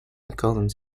columns